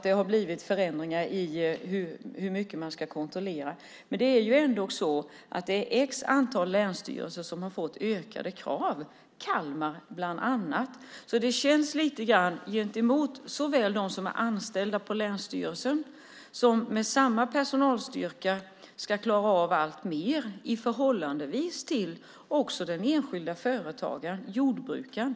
Det har skett förändringar i hur mycket man ska kontrollera. Men det är ändå ett visst antal länsstyrelser, bland andra Kalmar, som har fått ökade krav. Det känns förstås för dem som är anställda på länsstyrelsen och som med samma personalstyrka ska klara av alltmer. Det gäller också i förhållande till den enskilda företagaren, jordbrukaren.